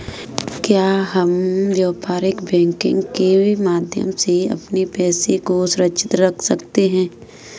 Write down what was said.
क्या हम व्यापार बैंकिंग के माध्यम से अपने पैसे को सुरक्षित कर सकते हैं?